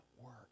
work